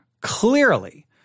clearly